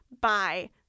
Bye